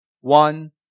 one